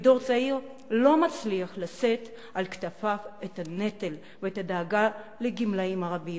והדור הצעיר לא מצליח לשאת על כתפיו את הנטל ואת הדאגה לגמלאים הרבים.